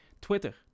twitter